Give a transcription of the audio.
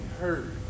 heard